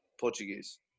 Portuguese